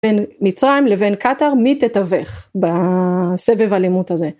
בין מצרים לבין קטר, מי תתווך בסבב האלימות הזה?